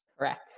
Correct